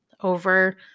over